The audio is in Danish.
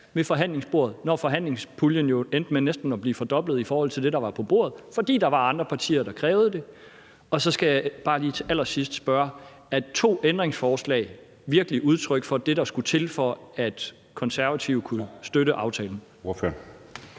ved forhandlingsbordet, når forhandlingspuljen endte med næsten at blive fordoblet i forhold til det, der var på bordet, fordi der var andre partier, der krævede det? Så skal jeg bare lige til allersidst spørge: Er to ændringsforslag virkelig udtryk for det, der skulle til, for at Konservative kunne støtte aftalen?